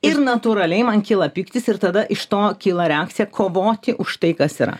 ir natūraliai man kyla pyktis ir tada iš to kyla reakcija kovoti už tai kas yra